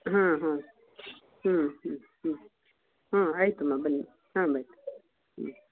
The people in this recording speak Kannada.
ಹಾಂ ಹಾಂ ಹ್ಞೂ ಹ್ಞೂ ಹ್ಞೂ ಹಾಂ ಆಯಿತು ಮಾ ಬನ್ನಿ ಹಾಂ ಬಾಯ್ ಹ್ಞೂ